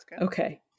Okay